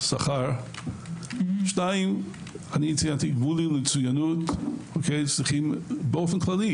שכר; 2) גמולים למצוינות, צריך באופן כללי